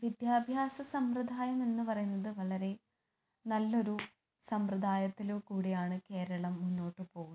വിദ്യാഭ്യാസസമ്പ്രദായം എന്ന് പറയുന്നത് വളരെ നല്ലൊരു സമ്പ്രദായത്തിൽ കൂടെയാണ് കേരളം മുന്നോട്ട് പോകുന്നത്